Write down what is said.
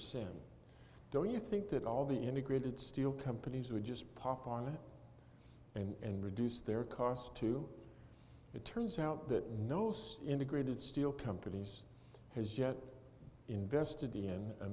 cent don't you think that all the integrated steel companies would just pop on it and reduce their cost to it turns out that nose integrated steel companies has yet invested in a